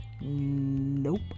nope